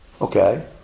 Okay